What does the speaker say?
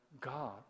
God